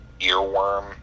earworm